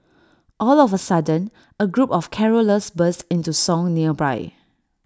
all of A sudden A group of carollers burst into song nearby